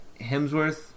Hemsworth